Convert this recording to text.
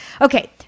Okay